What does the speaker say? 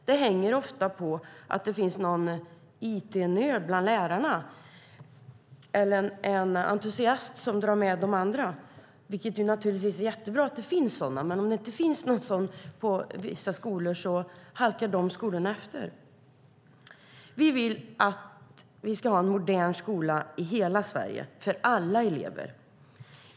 Det hänger ofta på att det finns någon it-nörd bland lärarna, en entusiast som drar med de andra. Det är naturligtvis jättebra att det finns sådana, men om det inte finns någon sådan på en skola halkar den skolan efter. Vi vill att vi ska ha en modern skola i hela Sverige för alla elever.